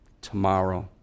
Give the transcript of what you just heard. tomorrow